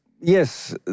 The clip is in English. yes